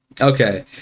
okay